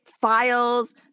files